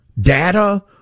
Data